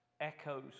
echoes